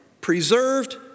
preserved